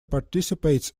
participates